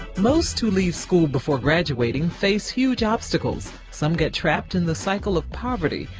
most who leave school before graduating face huge obstacles. some get trapped in the cycle of poverty.